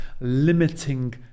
limiting